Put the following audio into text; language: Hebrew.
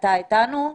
אתה איתנו?